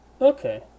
Okay